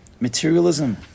materialism